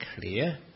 clear